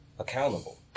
accountable